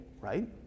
right